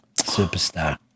Superstar